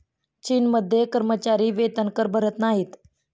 चीनमध्ये कर्मचारी वेतनकर भरत नाहीत